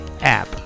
app